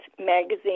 magazine